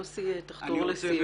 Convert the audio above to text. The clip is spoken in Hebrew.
יוסי, חתור לקראת סיום.